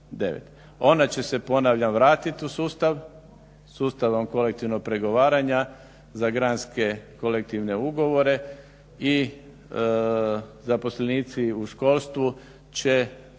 Ona će se ponavljam vratit u sustav, sustav kolektivnog pregovaranja za granske kolektivne ugovore i zaposlenici u školstvu će